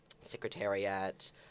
secretariat